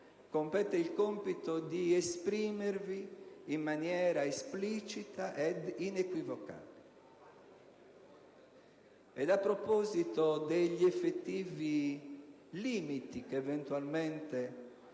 compete il compito di esprimervi in maniera esplicita ed inequivocabile. A proposito degli effettivi limiti che eventualmente si